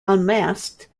unmasked